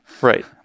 Right